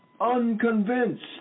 unconvinced